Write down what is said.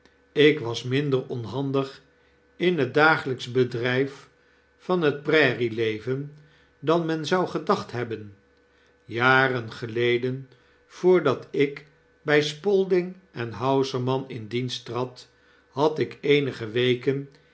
ik was minder onhandig in het dagelyksch bedryf van het prairieleven dan men zou gedacht hebben jaren geleden voordat ik bij spalding en hausermann in dienst trad had ik eenige weken